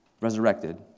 resurrected